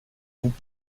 groupe